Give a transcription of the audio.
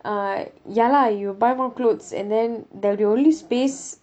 uh ya lah you buy more clothes and then there'll be all these space